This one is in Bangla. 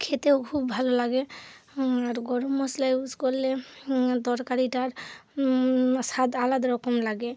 খেতেও খুব ভালো লাগে আর গরম মশলা ইউজ করলে তরকারিটার স্বাদ আলাদা রকম লাগে